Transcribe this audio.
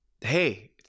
hey